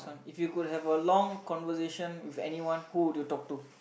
if you could have a long conversation with anyone who would you talk to